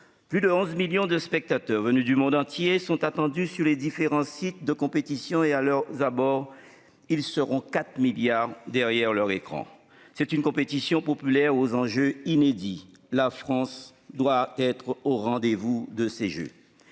Plus de 11 millions de spectateurs, venus du monde entier, sont attendus sur les différents sites de la compétition et à leurs abords. Ils seront 4 milliards derrière leur écran. C'est une compétition populaire aux enjeux inédits. La France doit être au rendez-vous de ces Jeux